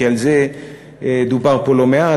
כי על זה דובר פה לא מעט,